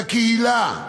בקהילה,